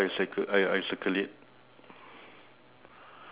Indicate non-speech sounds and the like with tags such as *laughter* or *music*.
*noise* uh I have four pears you got five pears right